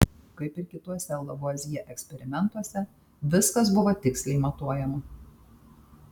kaip ir kituose lavuazjė eksperimentuose viskas buvo tiksliai matuojama